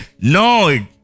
No